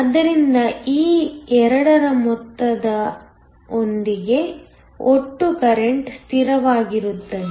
ಆದರೆ ಈ 2ರ ಮೊತ್ತದೊಂದಿಗೆ ಒಟ್ಟು ಕರೆಂಟ್ ಸ್ಥಿರವಾಗಿರುತ್ತದೆ